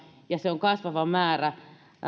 ja se on kasvava määrä